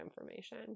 information